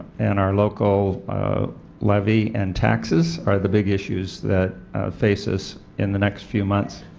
and our local levy and taxes are the big issues that face us in the next few months.